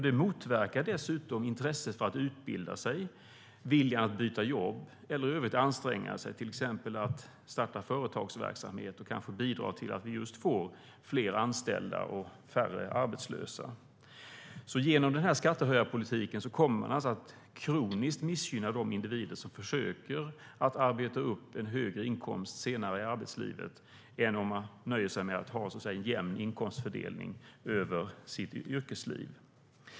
Det motverkar dessutom intresset för att utbilda sig, viljan att byta jobb eller att i övrigt att anstränga sig, till exempel att starta företagsverksamhet och kanske bidra till att vi just får fler anställda och färre arbetslösa. Genom denna skattehöjarpolitik kommer man att kroniskt missgynna de individer som försöker att arbeta upp en högre inkomst senare i arbetslivet i förhållande till dem som nöjer sig med att ha jämn inkomstfördelning över sitt yrkesliv.